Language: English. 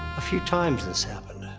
a few times, this happened.